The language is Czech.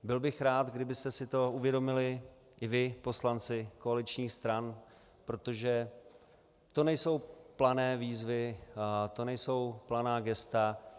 Byl bych rád, kdybyste si to uvědomili i vy, poslanci koaličních stran, protože to nejsou plané výzvy, to nejsou planá gesta.